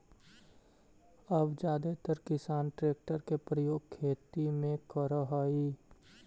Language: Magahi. अब जादेतर किसान ट्रेक्टर के प्रयोग खेती में करऽ हई